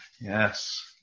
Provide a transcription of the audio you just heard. Yes